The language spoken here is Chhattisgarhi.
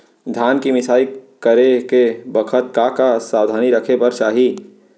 धान के मिसाई करे के बखत का का सावधानी रखें बर चाही?